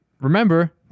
remember